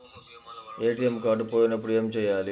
ATM card పోయినప్పుడు ఏమి చేయాలి?